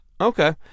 Okay